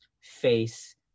face